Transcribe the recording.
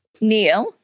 Neil